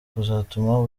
kuzatuma